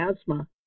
asthma